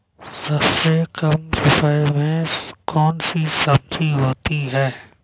सबसे कम रुपये में कौन सी सब्जी होती है?